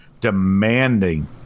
demanding